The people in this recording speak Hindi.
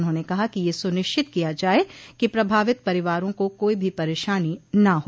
उन्होंने कहा कि यह सुनिश्चित किया जाये कि प्रभावित परिवारों को कोई भी परेशानी न हो